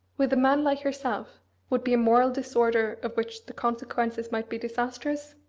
with a man like yourself would be a moral disorder of which the consequences might be disastrous?